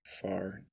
far